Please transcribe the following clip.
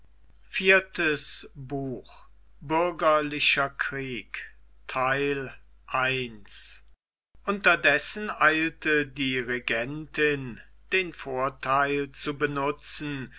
bürgerlicher krieg unterdessen eilte die regentin den vortheil zu benutzen